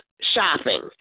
shopping